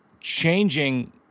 changing